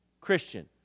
Christian